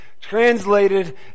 translated